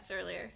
earlier